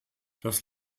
das